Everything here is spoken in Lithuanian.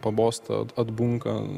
pabosta atbunka